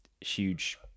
huge